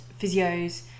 physios